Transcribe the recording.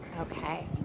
Okay